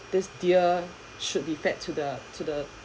this dear should be back to the to the